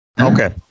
Okay